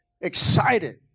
excited